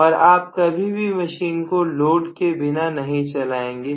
और आप कभी भी मशीन को लोड के बिना नहीं चलाएंगे